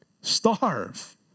Starve